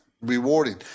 rewarding